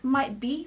might be